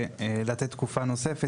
לתת תקופה נוספת,